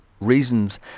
reasons